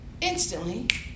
Instantly